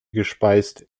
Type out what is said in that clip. gespeist